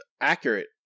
accurate